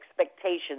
expectations